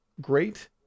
great